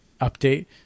update